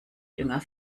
dünger